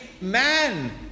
man